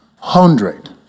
Hundred